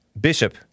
Bishop